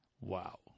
Wow